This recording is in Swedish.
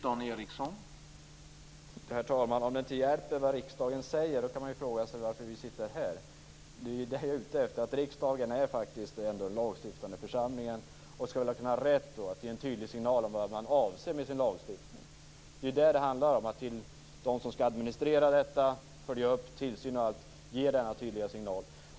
Herr talman! Om det inte hjälper vad riksdagen säger kan man fråga sig varför vi sitter här. Det är det jag är ute efter. Riksdagen är den lagstiftande församlingen och skall väl ha rätt att ge en tydlig signal om vad man avser med sin lagstiftning. Det handlar om att till dem som skall administrera detta, följa upp och utöva tillsyn ge denna tydliga signal.